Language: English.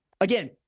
Again